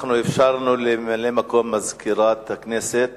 אנחנו אפשרנו לממלא-מקום מזכירת הכנסת